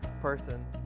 person